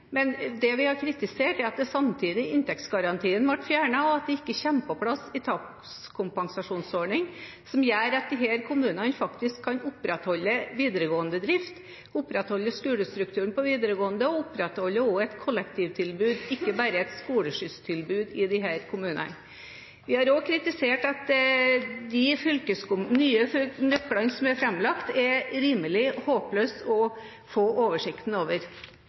Men det vi har kritisert, er at inntektsgarantien samtidig ble fjernet, og at det ikke kommer på plass en tapskompensasjonsordning som gjør at disse kommunene faktisk kan opprettholde drift av videregående skoler, opprettholde skolestrukturen på videregående nivå og også opprettholde et kollektivtilbud, ikke bare et skoleskysstilbud. Vi har også kritisert at de nye nøklene som er framlagt, er rimelig håpløse å få oversikt over.